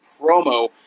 promo